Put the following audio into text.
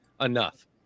enough